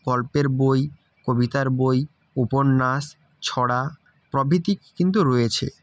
গল্পের বই কবিতার বই উপন্যাস ছড়া প্রভৃতি কিন্তু রয়েছে